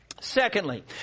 Secondly